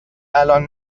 الآن